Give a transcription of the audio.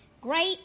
Great